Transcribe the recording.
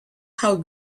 how